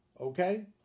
Okay